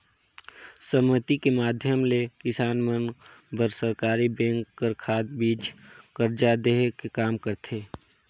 समिति के माधियम ले किसान मन बर सरकरी बेंक हर खाद, बीज, करजा देहे के काम करथे